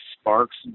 Sparks